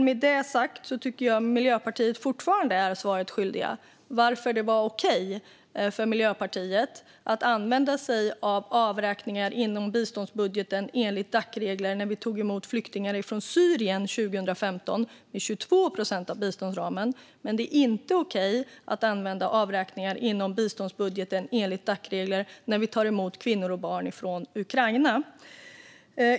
Med det sagt tycker jag att Miljöpartiet fortfarande är svaret skyldigt om varför det var okej för Miljöpartiet att använda att använda sig av avräkningar inom biståndsbudgeten enligt Dac-reglerna när vi tog emot flyktingar från Syrien 2015 med 22 procent av biståndsramen, men det är inte okej att använda avräkningar inom biståndsbudgeten enligt Dac-reglerna när vi tar emot kvinnor och barn från Ukraina.